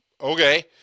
okay